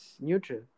neutral